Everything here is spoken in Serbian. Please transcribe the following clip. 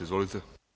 Izvolite.